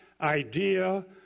idea